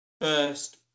first